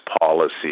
policy